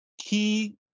key